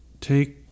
take